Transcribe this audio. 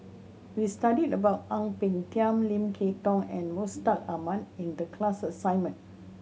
we studied about Ang Peng Tiam Lim Kay Tong and Mustaq Ahmad in the class assignment